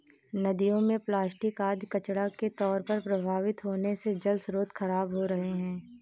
नदियों में प्लास्टिक आदि कचड़ा के तौर पर प्रवाहित होने से जलस्रोत खराब हो रहे हैं